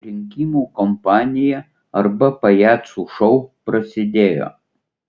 rinkimų kampanija arba pajacų šou prasidėjo